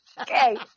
Okay